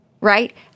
right